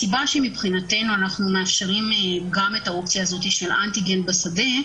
הסיבה שמבחינתנו אנחנו מאפשרים גם את האופציה הזאת של אנטיגן בשדה,